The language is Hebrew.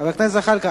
חבר הכנסת זחאלקה,